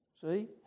See